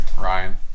Ryan